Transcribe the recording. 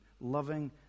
Loving